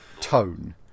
tone